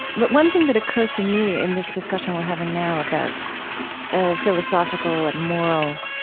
but one thing that occurs to me in this discussion we're having now about a philosophical and moral,